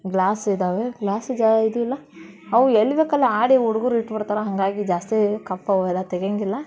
glass ಇದ್ದಾವೆ glass ಜಾ ಇದು ಇಲ್ಲ ಅವು ಎಲ್ಲಿ ಬೇಕೋ ಅಲ್ಲಿ ಆಡಿ ಹುಡ್ಗರ್ ಇಟ್ಬಿಡ್ತಾರೆ ಹಾಗಾಗಿ ಜಾಸ್ತಿ ಕಪ್ ಅವೆಲ್ಲ ತೆಗ್ಯೋಂಗಿಲ್ಲ